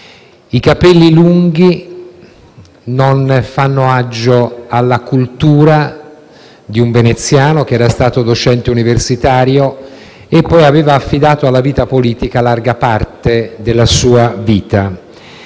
I capelli lunghi non fanno aggio alla cultura di un veneziano che era stato docente universitario e aveva poi affidato alla politica larga parte della sua vita.